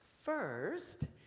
first